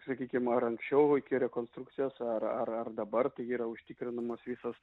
sakykime ar anksčiau iki rekonstrukcijos ar ar ar dabar tai yra užtikrinamos visos